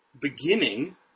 beginning